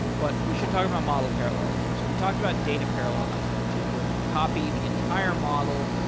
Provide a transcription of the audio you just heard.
but we should talk about model parallelism. so we talked about data parallelism which is where you copy the entire model,